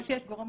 עם כל הכבוד,